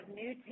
new